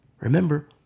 Remember